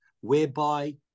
whereby